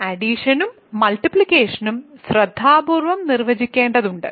ഇവിടെ അഡിഷനും മുൾട്ടിപ്ലിക്കേഷനും ശ്രദ്ധാപൂർവ്വം നിർവചിക്കേണ്ടതുണ്ട്